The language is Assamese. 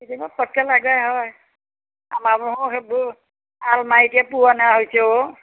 কেতিয়াবা পটককৈ লাগে হয় আমাৰ বাৰু সেইবোৰ আলমাৰিতে পুৰণা হৈছে অঁ